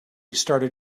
started